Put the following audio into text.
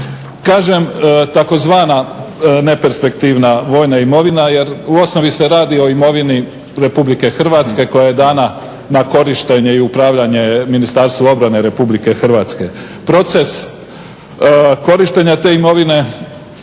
Kažem, takozvana neperspektivna vojna imovina jer u osnovi se radi o imovini Republike Hrvatske koja je dana na korištenje i upravljanje Ministarstvu obrane Republike Hrvatske. Proces korištenja te imovine